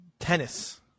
Tennis